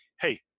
hey